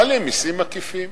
מעלים מסים עקיפים.